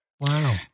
Wow